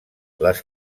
les